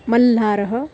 मल्लारः